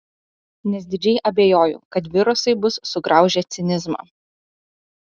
nes didžiai abejoju kad virusai bus sugraužę cinizmą